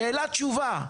שאלה-תשובה.